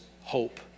hope